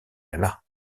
alla